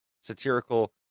satirical